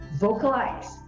vocalize